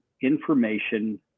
information